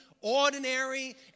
ordinary